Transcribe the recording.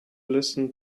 listen